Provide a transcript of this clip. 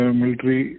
military